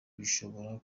bishobora